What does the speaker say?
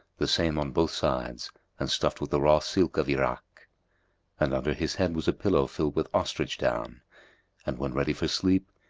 the same on both sides and stuffed with the raw silk of irak and under his head was a pillow filled with ostrich-down and when ready for sleep,